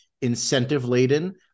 incentive-laden